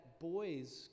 boys